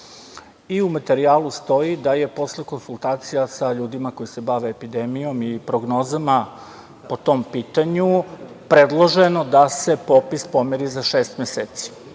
i u materijalu stoji da je posle konsultacija sa ljudima koji se bave epidemijom i prognozama po tom pitanju predloženo da se popis pomeri za šest meseci.